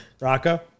Rocco